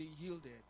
yielded